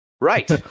Right